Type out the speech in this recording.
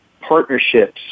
partnerships